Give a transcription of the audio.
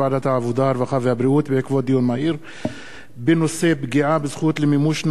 הרווחה והבריאות בעקבות דיון מהיר בנושא: פגיעה בזכות למימוש נופשון